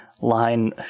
line